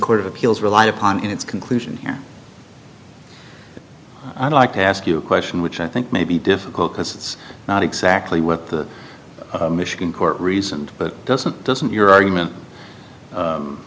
court of appeals relied upon in its conclusion here i'd like to ask you a question which i think may be difficult because it's not exactly what the michigan court reasoned but doesn't doesn't your argument